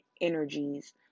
energies